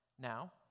now